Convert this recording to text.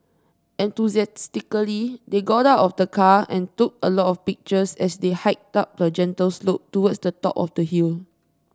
enthusiastically they got out of the car and took a lot of pictures as they hiked up a gentle slope towards the top of the hill